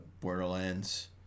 Borderlands